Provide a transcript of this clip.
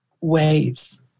ways